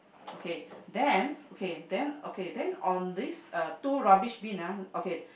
okay then okay then okay then on these uh two rubbish bin ah okay